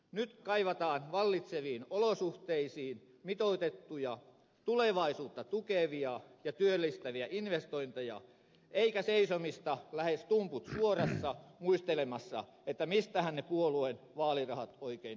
nyt kaivataan vallitseviin olosuhteisiin mitoitettuja tulevaisuutta tukevia ja työllistäviä investointeja eikä seisomista lähes tumput suorassa muistelemassa mistähän ne puolueen vaalirahat oikein tulivatkaan